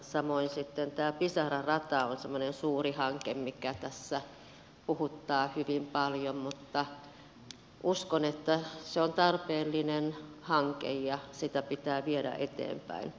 samoin sitten tämä pisara rata on semmoinen suuri hanke mikä tässä puhuttaa hyvin paljon mutta uskon että se on tarpeellinen hanke ja sitä pitää viedä eteenpäin